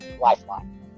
lifeline